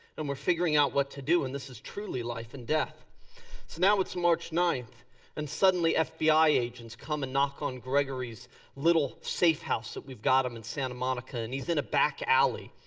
and we're figuring out what to do and this is truly life and death. so now it's march ninth and suddenly fbi agents come and knock on grigory's little safe house that we've got him in santa monica and he's in a back alley.